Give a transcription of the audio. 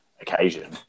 occasion